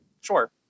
Sure